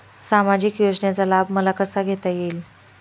सामाजिक योजनेचा लाभ मला कसा घेता येईल?